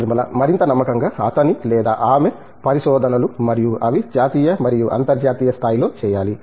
నిర్మలా మరింత నమ్మకంగా అతని లేదా ఆమె పరిశోధనలు మరియు అవి జాతీయ మరియు అంతర్జాతీయ స్థాయిలో చేయాలి